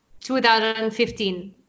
2015